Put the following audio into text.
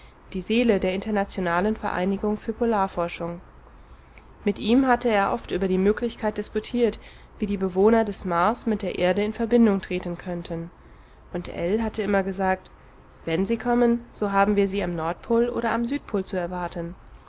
die seele der internationalen vereinigung für polarforschung mit ihm hatte er oft über die möglichkeit disputiert wie die bewohner des mars mit der erde in verbindung treten könnten und ell hatte immer gesagt wenn sie kommen so haben wir sie am nordpol oder am südpol zu erwarten